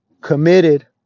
committed